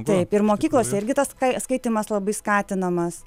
taip ir mokyklose irgi tas skai skaitymas labai skatinamas